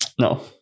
No